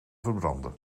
verbranden